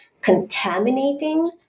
contaminating